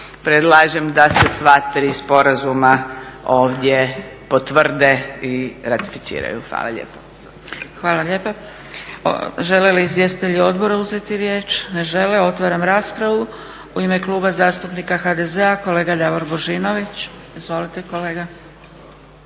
Predlažem da se sva tri sporazuma ovdje potvrde i ratificiraju. Hvala lijepo. **Zgrebec, Dragica (SDP)** Hvala lijepa. Žele li izvjestitelji odbora uzeti riječ? Ne žele. Otvaram raspravu. U ime Kluba zastupnika HDZ-a kolega Davor Božinović, izvolite.